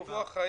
ביטוח חיים,